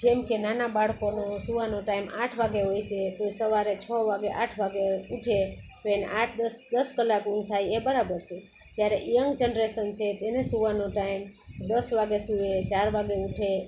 જેમ કે નાના બાળકોનો સૂવાનો ટાઈમ આઠ વાગે હોય સે તો સવારે છો વાગે આઠ વાગે ઉઠે તો એને આઠ દસ દસ કલાક ઊંઘ થાય એ બરાબર છે જ્યારે યંગ જનરેશન છે તેને સૂવાનો ટાઈમ દસ વાગે સુવે ચાર વાગે ઉઠે